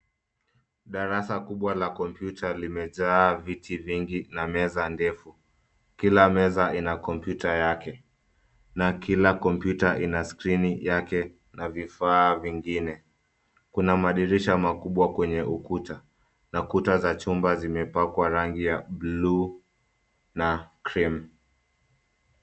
Darasa kubwa la kompyuta limejaa viti vingi na meza ndefu. Kila meza ina kompyuta yake na kila kompyuta ina skrini yake na vifaa vingine. Kuna madirisha makubwa kwenye ukuta na kuta za chumba zimepakwa rangi ya bluu na cream .